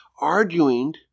arguing